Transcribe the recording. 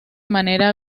manera